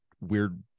weird